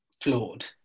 flawed